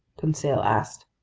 conseil asked.